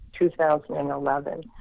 2011